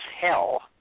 hell